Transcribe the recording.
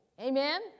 Amen